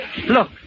Look